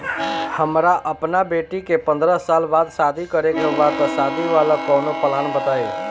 हमरा अपना बेटी के पंद्रह साल बाद शादी करे के बा त शादी वाला कऊनो प्लान बताई?